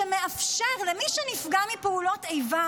שמאפשרת למי שנפגע מפעולות איבה,